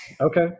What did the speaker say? Okay